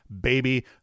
baby